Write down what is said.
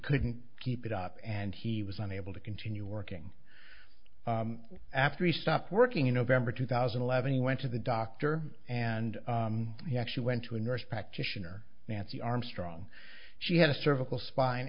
couldn't keep it up and he was unable to continue working after he stopped working in november two thousand and eleven he went to the doctor and he actually went to a nurse practitioner nancy armstrong she had a cervical spine